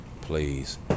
Please